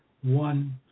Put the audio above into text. one